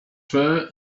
fair